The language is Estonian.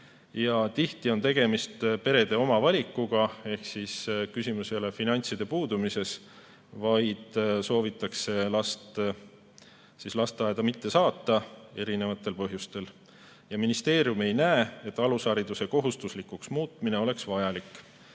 Tihti on tegemist perede oma valikuga, ehk siis küsimus ei ole finantside puudumises, vaid soovitakse last lasteaeda mitte saata erinevatel põhjustel. Ministeerium ei näe, et alushariduse kohustuslikuks muutmine oleks vajalik.